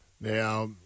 Now